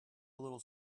little